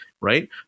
right